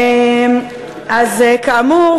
כאמור,